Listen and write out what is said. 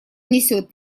несет